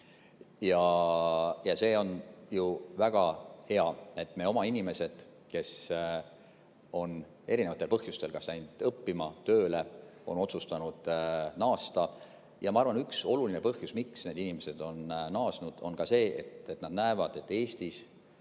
Ja see on ju väga hea, et me oma inimesed, kes on erinevatel põhjustel läinud kas õppima või tööle, on otsustanud naasta. Ma arvan, et üks oluline põhjus, miks need inimesed on naasnud, on ka see, et nad näevad, et Eestis